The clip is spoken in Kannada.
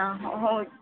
ಹೌ